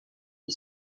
qui